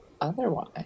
otherwise